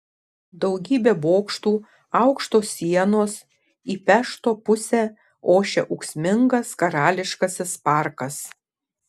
daugybė bokštų aukštos sienos į pešto pusę ošia ūksmingas karališkasis parkas